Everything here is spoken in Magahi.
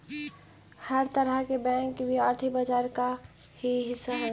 हर तरह के बैंक भी आर्थिक बाजार का ही हिस्सा हइ